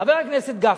חבר הכנסת גפני,